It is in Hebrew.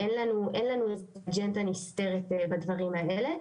אין לנו שום אג'נדה נסתרת בדברים האלה,